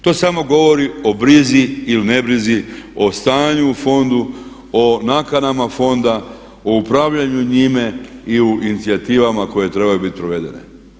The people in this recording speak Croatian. To samo govori o brizi il ne brizi, o stanju u fondu, o nakanama fonda, o upravljanju njime i o inicijativama koje trebaju biti provedene.